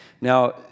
Now